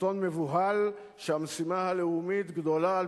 שלטון מבוהל שהמשימה הלאומית גדולה על